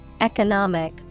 economic